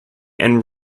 and